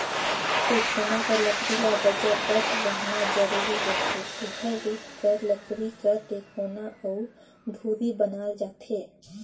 टेकोना कर लकरी ल बजरबट रहना जरूरी होथे सुग्घर रूख कर लकरी कर टेकोना अउ धूरी बनाल जाथे